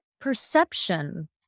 perception